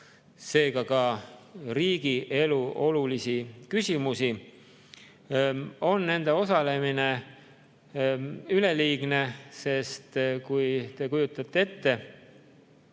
seega ka riigielu olulisi küsimusi, on nende [kodanike] osalemine üleliigne. Sest kui te kujutate ette,